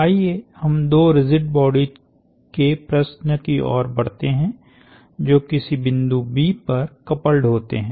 आइए हम दो रिजिड बॉडीज के प्रश्न की ओर बढ़ते हैं जो किसी बिंदु B पर कपल्ड होते हैं